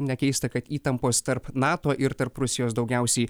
nekeista kad įtampos tarp nato ir tarp rusijos daugiausiai